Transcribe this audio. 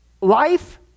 life